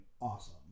awesome